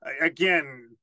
Again